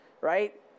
right